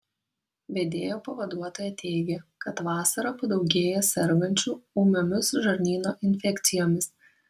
vedėjo pavaduotoja teigė kad vasarą padaugėja sergančių ūmiomis žarnyno infekcijomis